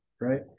right